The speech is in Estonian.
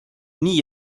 nii